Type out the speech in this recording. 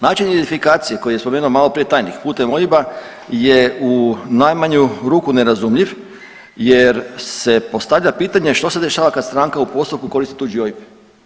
Načini identifikacije koje je spomenuo malo prije tajnik putem OIB-a je u najmanju ruku nerazumljiv, jer se postavlja pitanje što se dešava kad stranka u postupku koristi tuđi OIB.